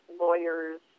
lawyers